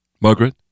Margaret